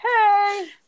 hey